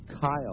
Kyle